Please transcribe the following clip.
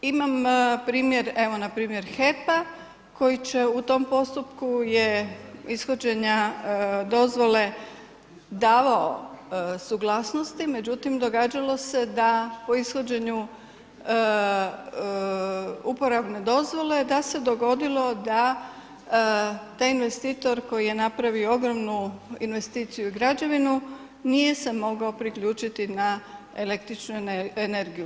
Imam primjer, evo npr. HEP-a koji će u tom postupku je ishođenja dozvole davao suglasnosti, međutim, događalo se da po ishođenju uporabne dozvole da se dogodilo da taj investitor koji je napravio ogromnu investiciju i građevinu nije se mogao priključiti na električnu energiju.